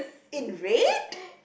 it red